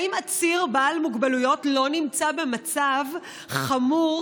האם עציר בעל מוגבלויות לא נמצא במצב חמור,